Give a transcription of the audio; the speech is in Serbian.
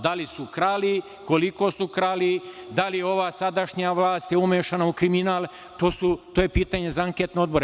Da li su krali, koliko su krali, da li je ova sadašnja vlast umešana u kriminal, to je pitanje za anketne odbore.